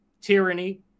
tyranny